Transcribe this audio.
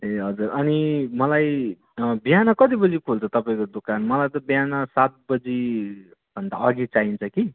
ए हजुर अनि मलाई बिहान कति बजी खोल्छ तपाईँको दोकान मलाई त बिहान सात बजीभन्दा अगि चाइन्छ कि